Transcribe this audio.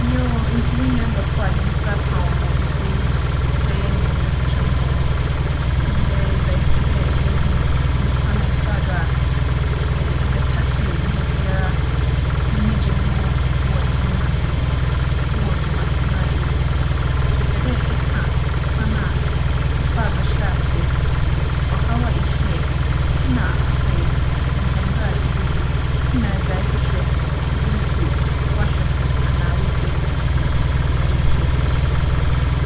Nyoo, ntsi hɛn nua dͻfo a hɛn nsa aka wo wͻ efir yi do dzɛ yɛnye wo mbɛtwetwe nkͻmbͻ, ndɛ dza yɛpɛ dɛ yehu nye kwan a efaa do a ebɛtahyee na obiara n'enyi gye wo ho wͻ hɛn man yi mu wͻ dwumason a iridzi. Mepɛ dɛ eka kwan a efaa do hyɛɛ ase, ͻhaw a ihyiae nna afei, mpɛmpɛndo a ebodur nna dza erohwehwɛ dze efi w'ahwɛfo anaa w'etsiefo hͻ. Ma yentsie wo!